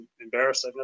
embarrassed